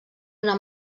una